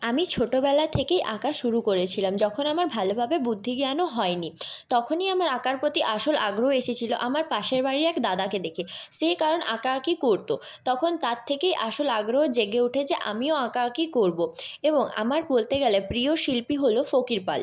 আমি ছোটবেলা থেকেই আঁকা শুরু করেছিলাম যখন আমার ভালোভাবে বুদ্ধিজ্ঞানও হয়নি তখনই আমার আঁকার প্রতি আসল আগ্রহ এসেছিল আমার পাশের বাড়ির এক দাদাকে দেখে সে কারণ আঁকাআঁকি করতো তখন তার থেকেই আসল আগ্রহ জেগে উঠেছে আমিও আঁকাআঁকি করব এবং আমার বলতে গেলে প্রিয় শিল্পী হল ফকির পাল